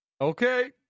Okay